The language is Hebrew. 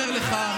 ואני אומר לך,